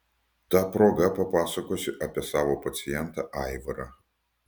ta proga papasakosiu apie savo pacientą aivarą